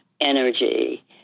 energy